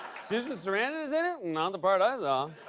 susan sarandon is in it? not the part i saw.